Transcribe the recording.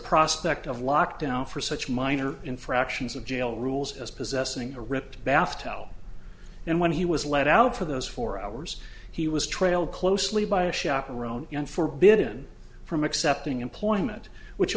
prospect of lockdown for such minor infractions of jail rules as possessing a ripped bath towel and when he was let out for those four hours he was trailed closely by a chaperone and forbidden from accepting employment which